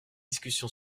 discussion